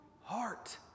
heart